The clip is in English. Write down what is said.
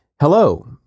Hello